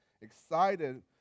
excited